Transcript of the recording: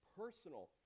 personal